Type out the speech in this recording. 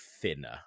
thinner